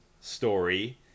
story